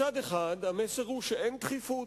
מצד אחד המסר הוא שאין דחיפות.